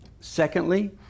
Secondly